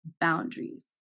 Boundaries